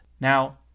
Now